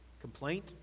Complaint